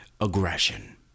Aggression